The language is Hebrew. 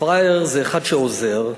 פראייר זה אחד שעוזר,